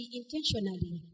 intentionally